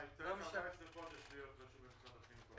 אדם צריך להיות רשום בכתובת במשך 14 חודשים.